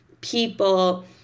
people